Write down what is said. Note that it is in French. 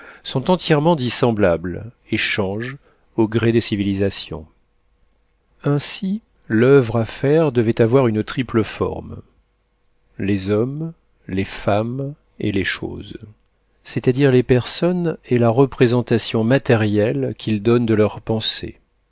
sont entièrement dissemblables et changent au gré des civilisations ainsi l'oeuvre à faire devait avoir une triple forme les hommes les femmes et les choses c'est-à-dire les personnes et la représentation matérielle qu'ils donnent de leur pensée